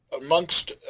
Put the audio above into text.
amongst